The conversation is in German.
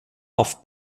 auf